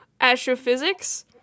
astrophysics